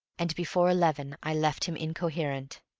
and before eleven i left him incoherent.